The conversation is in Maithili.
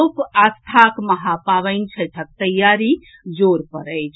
लोक आस्था केँ महापावनि छठिक तैयारी जोर पर अछि